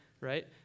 Right